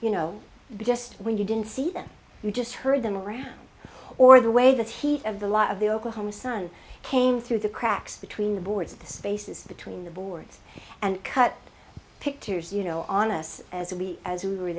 you know just when you didn't see them you just heard them around or the way that heat of the light of the oklahoma sun came through the cracks between the boards of the spaces between the boards and cut pictures you know on us as we as we were